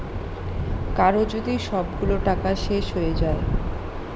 কারো যদি সবগুলো টাকা শেষ হয়ে যায়